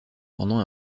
pendant